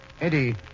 Eddie